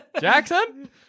Jackson